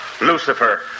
Lucifer